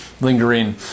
lingering